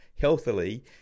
healthily